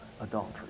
adultery